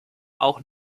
auch